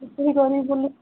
ବିକ୍ରି କରିବି ବୋଲି